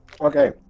Okay